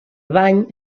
bany